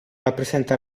rappresenta